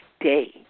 day